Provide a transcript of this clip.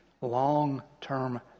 long-term